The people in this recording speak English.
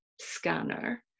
scanner